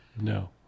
no